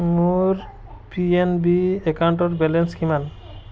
মোৰ P N B একাউণ্টৰ balance কিমান